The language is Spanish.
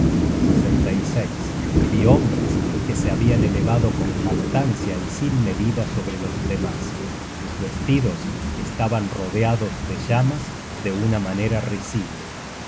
á piedras ardientes vi hombres que se habian elevado con jactancia y sin medida sobre los demas sus vestidos estaban rodeados de llamas de una manera risible